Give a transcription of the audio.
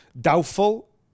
doubtful